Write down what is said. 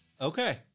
Okay